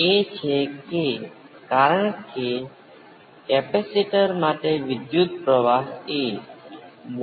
હવે બંને રજૂઆતો સ્પષ્ટ રીતે ઉપયોગી કહે છે કે જટિલ સંખ્યાઓ ઉમેરવા માટે આ નોડ અનુકૂળ છે આ જટિલ સંખ્યાઓને ગુણાકાર કરવા માટે વધુ અનુકૂળ છે